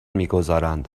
میگذارند